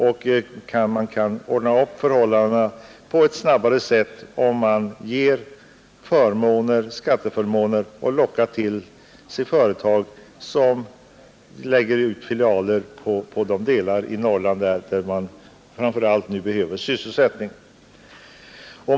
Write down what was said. Man kan alltså ordna förhållandena fortare, om man ger skatteförmåner och därigenom lockar företag att upprätta filialer i de delar av Norrland där det framför allt behövs sysselsättning.